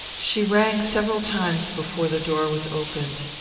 she rang several times before the door was opened.